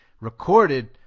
recorded